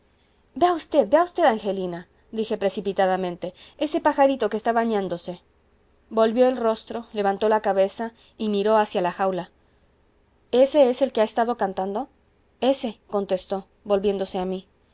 vea usted vea usted angelina dije precipitadamente ese pajarito que está bañándose volvió el rostro levantó la cabeza y miró hacia la jaula ese es el que ha estado cantando ese contestó volviéndose a mí